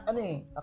ane